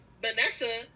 Vanessa